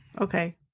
Okay